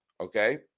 Okay